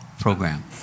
program